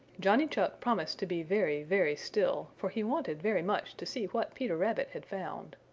johnny chuck promised to be very, very still for he wanted very much to see what peter rabbit had found.